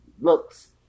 looks